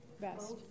Best